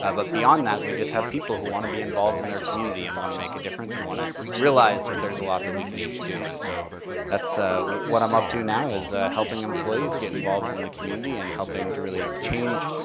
beyond that, we just have people who want to be involved in their community and want to make a difference and want to realize that there's a lot that we can each do. and so that's ah what i'm up to now is helping employees get involved in the community and helping to really change